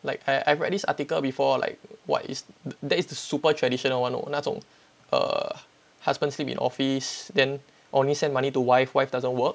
like I I read this article before like what is that is the super traditional one know 那种 err husband sleep in office then only send money to wife wife doesn't work